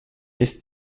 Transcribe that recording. ist